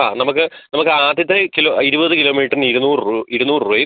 ആ നമുക്ക് നമുക്ക് ആദ്യത്തെ കിലോ ഇരുപത് കിലോമീറ്ററിന് ഇരുന്നൂറ് രൂപ ഇരുന്നൂറ് രൂപയും